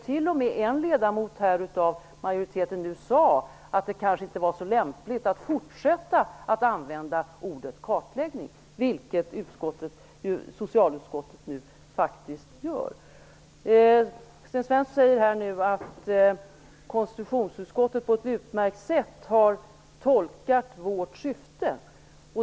En ledamot som tillhör majoriteten sade t.o.m. att det kanske inte var så lämpligt att fortsätta använda ordet kartläggning, vilket socialutskottet nu faktiskt gör. Sten Svensson säger att konstitutionsutskottet på ett utmärkt sätt har "tolkat vårt syfte".